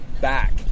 back